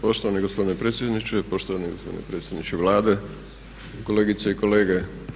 Poštovani gospodine predsjedniče, poštovani gospodine predsjedniče Vlade, kolegice i kolege.